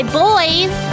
boys